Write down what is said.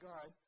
God